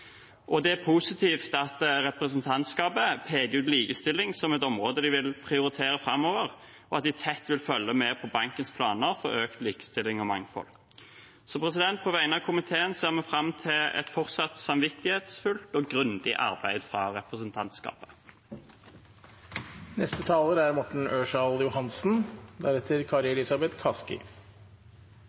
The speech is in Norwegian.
Det er positivt at representantskapet peker ut likestilling som et område de vil prioritere framover, og at de tett vil følge med på bankens planer for økt likestilling og mangfold. På vegne av komiteen ser vi fram til et fortsatt samvittighetsfullt og grundig arbeid fra representantskapet.